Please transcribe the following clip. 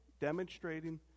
demonstrating